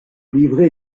livré